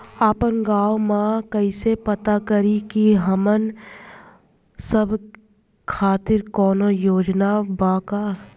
आपन गाँव म कइसे पता करि की हमन सब के खातिर कौनो योजना बा का?